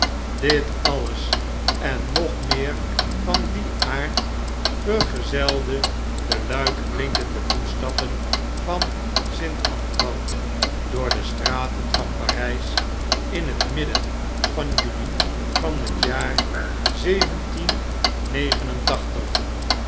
dit alles en nog meer van dien aard vergezelde de luidklmkende voetstappen van st a n t o i n e door de straten van p a r ij a in het midden van juli van het jaar